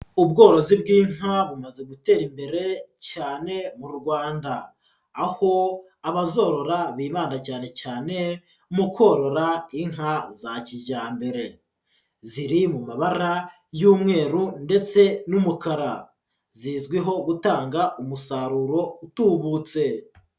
Ubworozi bw'inka bumaze gutera imbere cyane mu Rwanda. Aho abazorora bibanda cyane cyane mu korora inka za kijyambere. Ziri mu mabara y'umweru ndetse n'umukara zizwiho gutanga umusaruro utubutse.